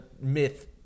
myth